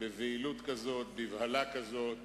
בבהילות כזאת, בבהלה כזאת,